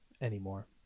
anymore